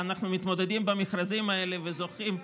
ואנחנו מתמודדים במכרזים האלה וזוכים,